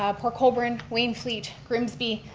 ah park holbrand, wainfleet, grimsby,